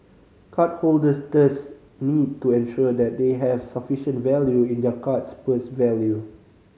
card holders thus need to ensure that they have sufficient value in their card's purse value